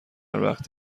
وقت